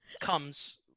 comes